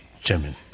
chairman